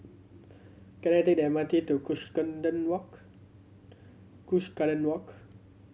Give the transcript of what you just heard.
can I take the M R T to Walk Cuscaden Walk